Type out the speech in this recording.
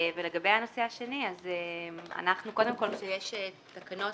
ולגבי הנושא השני, אנחנו קודם כול, כשיש תקנות